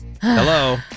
Hello